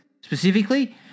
specifically